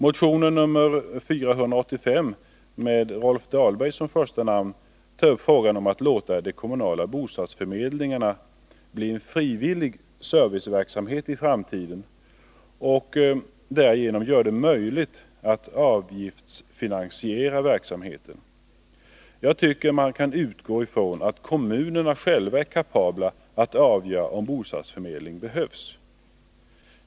Motionen 485 med Rolf Dahlberg som första namn tar upp frågan om att låta de kommunala bostadsförmedlingarna bli en frivillig serviceverksamhet i framtiden och därigenom göra det möjligt att avgiftsfinansiera verksamheten. Jag tycker att man kan utgå ifrån att kommunerna själva är kapabla att avgöra om bostadsförmedling behövs.